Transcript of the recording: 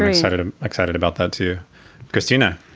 excited ah excited about that, too casina,